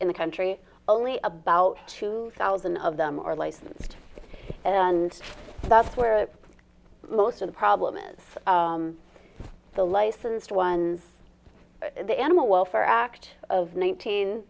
in the country only about two thousand of them are licensed and that's where most of the problem is the licensed ones the animal welfare act of nineteen